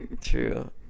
True